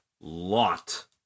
lot